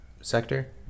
sector